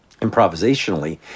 improvisationally